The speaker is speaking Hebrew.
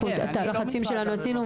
את הלחצים שלנו עשינו.